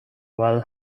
well